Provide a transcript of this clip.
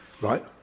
Right